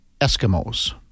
Eskimos